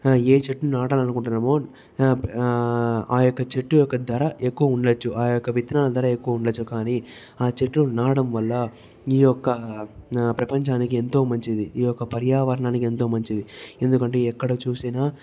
ఏ చెట్టుని నాటాలనుకుంటున్నాము ఆ యొక్క చెట్టు యొక్క ధర ఎక్కువ ఉండచ్చు ఆ యొక్క విత్తనాల ధర ఎక్కువ ఉండచ్చు కానీ ఆ చెట్టు నాటడం వల్ల ఈ యొక్క ప్రపంచానికి ఎంతో మంచిది ఈ యొక్క పర్యావరణానికి ఎంతో మంచిది ఎందుకంటే ఎక్కడ చూసినా